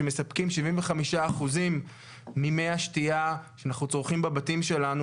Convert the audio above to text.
שמספקים 75% ממי השתייה שאנחנו צורכים בבתים שלנו,